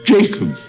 Jacob